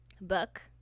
book